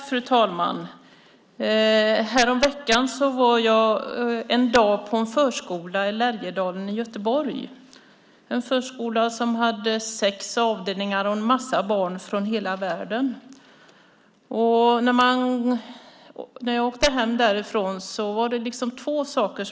Fru talman! Häromveckan var jag en dag på en förskola i Lärjedalen i Göteborg. Det var en förskola som hade sex avdelningar och en massa barn från hela världen. När jag åkte hem därifrån var det två saker jag kände.